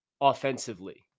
offensively